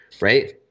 Right